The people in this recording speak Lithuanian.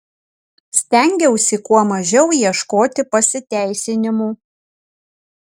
stengiausi kuo mažiau ieškoti pasiteisinimų